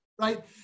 right